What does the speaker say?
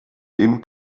dem